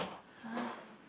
!huh!